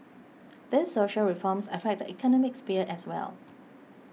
these social reforms affect the economic sphere as well